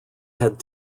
had